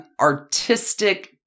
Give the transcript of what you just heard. Artistic